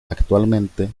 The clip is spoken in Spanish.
actualmente